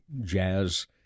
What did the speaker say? jazz